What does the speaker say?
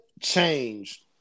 changed